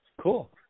Cool